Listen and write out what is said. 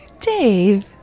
Dave